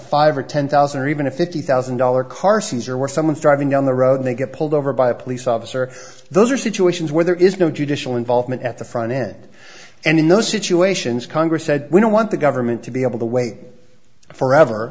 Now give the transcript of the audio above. five or ten thousand or even a fifty thousand dollar carson's or were someone thriving down the road they get pulled over by a police officer those are situations where there is no judicial involvement at the front end and in those situations congress said we don't want the government to be able to wait forever